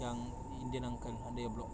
yang indian uncle under your block